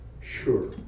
sure